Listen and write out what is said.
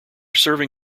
serving